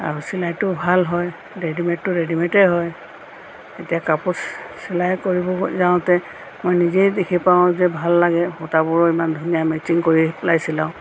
আৰু চিলাইটো ভাল হয় ৰেডিমে'ডটো ৰেডিমে'ডেই হয় এতিয়া কাপোৰ চিলাই কৰিব যাওঁতে মই নিজেই দেখি পাওঁ যে ভাল লাগে সূতাবোৰ ইমান ধুনীয়া মেটচিং কৰি পেলাই চিলাওঁ